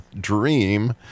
dream